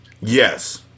Yes